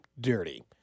Dirty